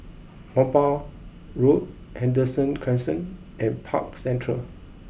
Whampoa Road Henderson Crescent and Park Central